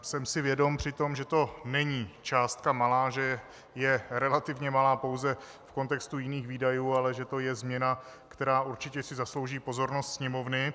Jsem si přitom vědom, že to není částka malá, že je relativně malá pouze v kontextu jiných výdajů, ale že to je změna, která si určitě zaslouží pozornost Sněmovny.